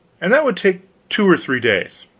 and that would take two or three days.